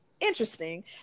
interesting